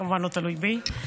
אבל זה כמובן לא תלוי בי.